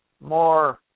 more